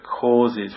causes